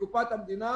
לקופת המדינה,